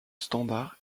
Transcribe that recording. standard